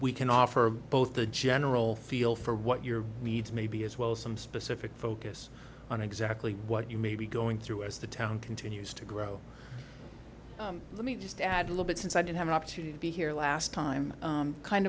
we can offer both a general feel for what your needs may be as well as some specific focus on exactly what you may be going through as the town continues to grow let me just add a little bit since i did have an opportunity to be here last time kind